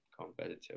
competitive